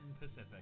Pacific